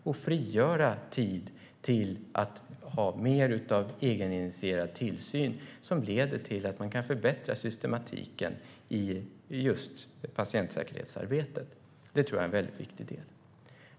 Då frigörs tid till mer av egeninitierad tillsyn som leder till att man kan förbättra systematiken i just patientsäkerhetsarbetet. Det tror jag är en väldigt viktig del.